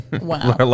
Wow